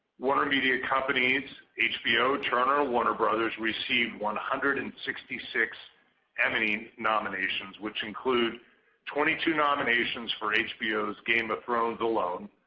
warnermedia companies hbo, turner, warner brothers, received one hundred and sixty six emmy nominations which included twenty two nominations for hbo's game of thrones alone,